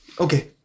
Okay